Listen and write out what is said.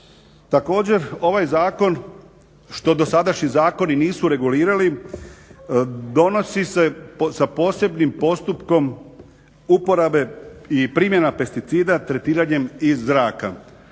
Također ovaj zakon što dosadašnji zakoni nisu regulirali, donosi se sa posebnim postupkom uporabe i primjena pesticida tretiranjem iz zraka.